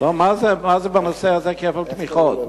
מה זה בנושא הזה כפל תמיכות?